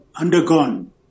undergone